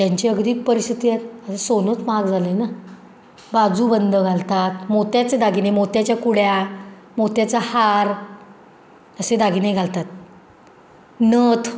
त्यांची अगदी परिस्थिती आहेत आता सोनंच महाग झालं आहे ना बाजूबंद घालतात मोत्याचे दागिने मोत्याच्या कुड्या मोत्याचं हार असे दागिने घालतात नथ